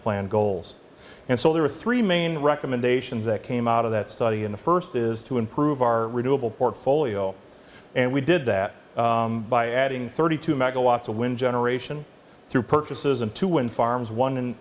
plan goals and so there are three main recommendations that came out of that study in the first is to improve our renewable portfolio and we did that by adding thirty two megawatts of wind generation through purchases of two wind